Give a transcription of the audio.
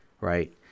right